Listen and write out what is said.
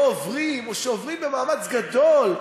לא עוברים או שעוברים במאמץ גדול,